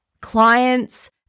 clients